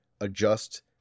adjust